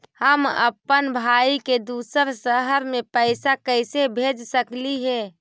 हम अप्पन भाई के दूसर शहर में पैसा कैसे भेज सकली हे?